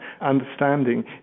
understanding